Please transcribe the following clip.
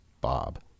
Bob